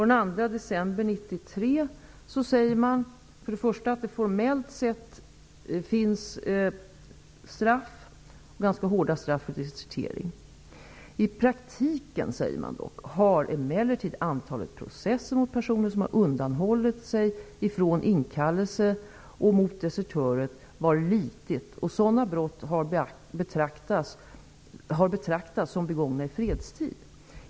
Den 2 december 1993 säger man för det första att det formellt finns ganska hårda straff för desertering. Men man säger också: I praktiken har emellertid antalet processer mot personer som har undanhållit sig från inkallelser och mot desertörer varit litet, och sådana brott har betraktats som begångna i fredstid.